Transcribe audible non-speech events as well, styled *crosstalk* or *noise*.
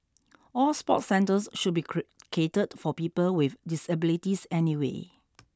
all sport centres should be *unintelligible* catered for people with disabilities anyway